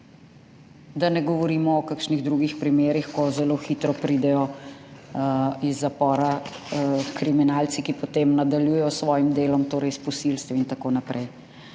Da ne govorimo o kakšnih drugih primerih, ko zelo hitro pridejo iz zapora kriminalci, ki potem nadaljujejo s svojim delom, torej s posilstvi in tako naprej.